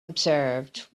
observed